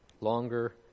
longer